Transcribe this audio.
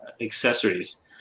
accessories